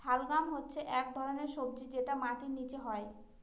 শালগাম হচ্ছে এক ধরনের সবজি যেটা মাটির নীচে হয়